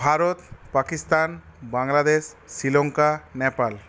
Bharat Pakistan Bangladesh Sri Lanka Nepal